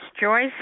Joyce